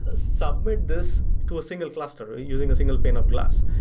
ah submit this to a single cluster using a single pane of glass.